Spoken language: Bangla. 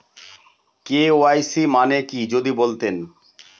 কে.ওয়াই.সি মানে কি যদি বলতেন?